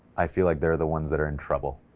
i feel like they're the ones that are in trouble,